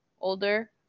older